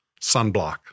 Sunblock